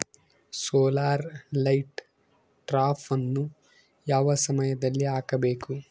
Solar light ಟ್ರಾಪನ್ನು ಯಾವ ಸಮಯದಲ್ಲಿ ಹಾಕಬೇಕು?